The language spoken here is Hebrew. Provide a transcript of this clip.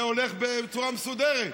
זה הולך בצורה מסודרת.